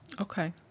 Okay